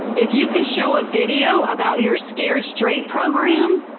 if you can show a video about your scared straight program,